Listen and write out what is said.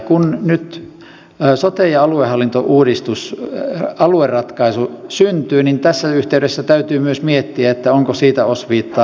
kun nyt sote ja aluehallintoratkaisu syntyy niin tässä yhteydessä täytyy myös miettiä onko siitä osviittaa rakennusvalvonnan uudistamiselle